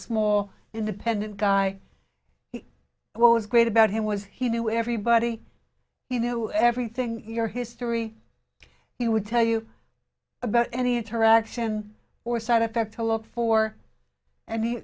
small independent guy what was great about him was he knew everybody he knew everything your history he would tell you about any interaction or side effect to look for and he